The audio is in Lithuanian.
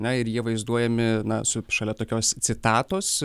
na ir jie vaizduojami su šalia tokios citatos